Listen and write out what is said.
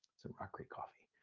some rock creek coffee.